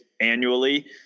annually